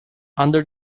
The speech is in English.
under